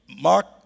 Mark